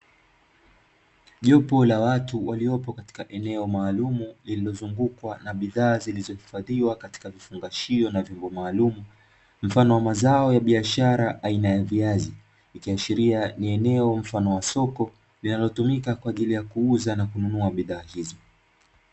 Jopo la watu waliopo katika eneo maalumu, lililozungukwa na bidhaa zilizohifadhiwa katika vifungashio na vyombo maalumu, mfano wa mazao ya biashara aina ya viazi ikiashiria ni eneo la soko, linalotumika kwa ajili ya kuuza na kununua bidhaa hizo.